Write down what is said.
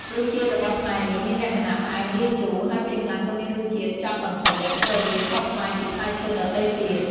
រសជាតិរបស់ផ្លែនេះមានលក្ខណៈផ្អែមលាយជូរ ហើយពេលខ្លះក៏មានរសជាតិចត់បន្តិច ដែលធ្វើឲ្យវាខុសប្លែកពីផ្លែឈើដទៃទៀត។